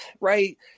right